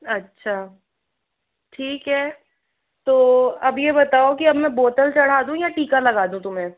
अच्छा ठीक है तो अब ये बताओ कि अब मैं बोतल चढ़ा दूँ या टीका लगा दूँ तुम्हें